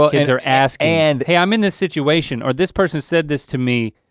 but kids are asking, and hey i'm in this situation or this person said this to me,